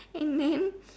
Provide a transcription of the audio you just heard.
and then